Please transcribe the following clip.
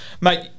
Mate